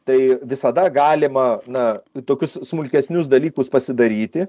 tai visada galima na tokius smulkesnius dalykus pasidaryti